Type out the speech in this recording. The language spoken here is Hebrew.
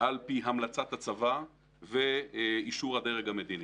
על פי המלצת הצבא ואישור הדרג המדיני.